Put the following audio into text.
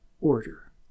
order